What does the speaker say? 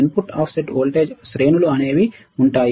input offset voltage శ్రేణులు అనేవి ఉంటాయి